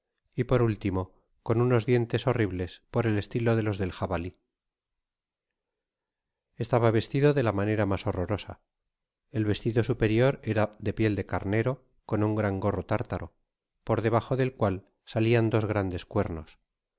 y por úitimo con unos dientes horribles por el estilo de los del javali estaba vestido de la manera mas horrorosa el vestido superior era de piel de carnero con un gran gorro tártaro por debajo del cual salian dos grandes cuernos